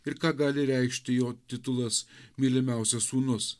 ir ką gali reikšti jo titulas mylimiausias sūnus